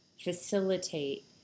facilitate